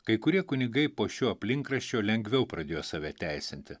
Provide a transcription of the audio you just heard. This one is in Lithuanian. kai kurie kunigai po šio aplinkraščio lengviau pradėjo save teisinti